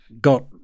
got